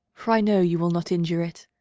for i know you will not injure it,